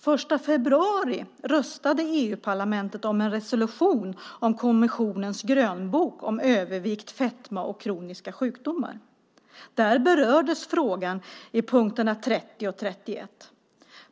Den 1 februari röstade EU-parlamentet om en resolution om kommissionens grönbok om övervikt, fetma och kroniska sjukdomar. Där berördes frågan i punkterna 30 och 31.